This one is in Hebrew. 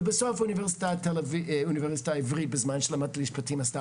ובסוף אוניברסיטה העברית בזמן שלמדתי משפטים עשתה